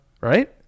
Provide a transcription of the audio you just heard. Right